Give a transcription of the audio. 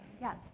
Yes